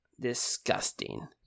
Disgusting